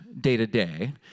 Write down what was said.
day-to-day